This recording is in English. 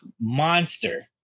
monster